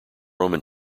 roman